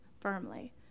firmly